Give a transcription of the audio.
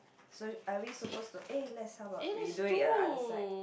so are we supposed to eh let's how about we do it at the other side